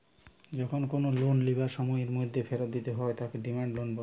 যখন কোনো লোন লিবার সময়ের মধ্যে ফেরত দিতে হয় তাকে ডিমান্ড লোন বলে